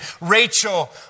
Rachel